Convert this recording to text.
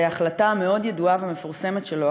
בהחלטה מאוד ידועה ומפורסמת שלו,